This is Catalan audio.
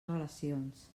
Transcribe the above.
relacions